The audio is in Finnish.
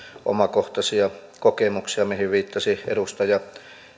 omakohtaisia kokemuksia mihin viittasi edustaja